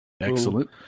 excellent